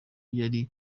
yari